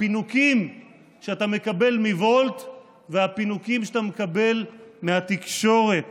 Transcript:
הפינוקים שאתה מקבל מוולט והפינוקים שאתה מקבל מהתקשורת